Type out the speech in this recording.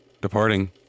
departing